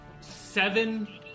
seven